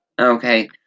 Okay